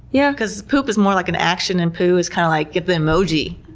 yeah cause poop is more like an action and poo is kind of like the emoji.